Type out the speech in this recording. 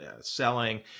selling